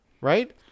Right